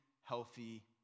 healthy